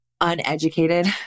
uneducated